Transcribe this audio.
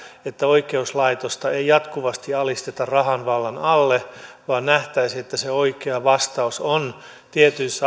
että oikeuslaitosta ei ei jatkuvasti alisteta rahan vallan alle vaan nähtäisiin että se oikea vastaus on tietyissä